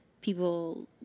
people